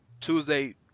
Tuesday